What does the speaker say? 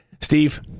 Steve